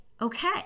okay